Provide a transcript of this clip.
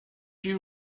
you